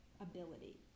ability